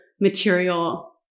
material